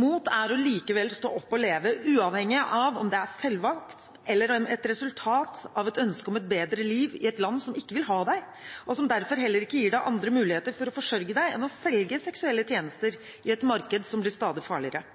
Mot er å likevel stå opp og leve, uavhengig av om det er selvvalgt eller et resultat av et ønske om et bedre liv i et land som ikke vil ha deg, og som derfor heller ikke gir deg andre muligheter til å forsørge deg enn å selge seksuelle tjenester i et marked som blir stadig farligere.